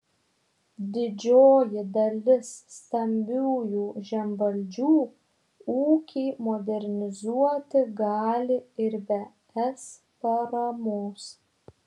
didžioji dalis stambiųjų žemvaldžių ūkį modernizuoti gali ir be es paramos